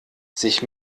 sich